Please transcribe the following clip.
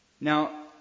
Now